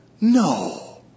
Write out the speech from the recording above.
no